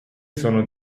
sono